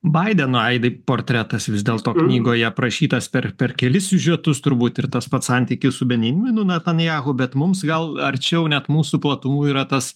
baideno aidai portretas vis dėl to knygoje aprašytas per per kelis siužetus turbūt ir tas pats santykis su benjaminu netanjahu bet mums gal arčiau net mūsų platumų yra tas